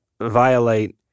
violate